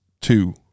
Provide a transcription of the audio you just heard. two